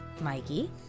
Mikey